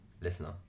listener